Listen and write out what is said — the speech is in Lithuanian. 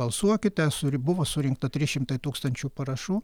balsuokite suri buvo surinkta trys šimtai tūkstančių parašų